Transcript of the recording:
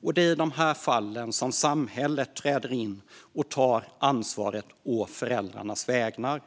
Det är i dessa fall som samhället träder in och tar ansvaret å föräldrarnas vägnar.